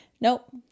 Nope